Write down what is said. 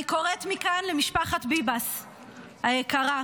אני קוראת מכאן למשפחת ביבס היקרה,